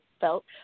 felt